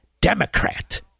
Democrat